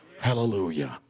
Hallelujah